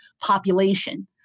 population